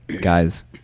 guys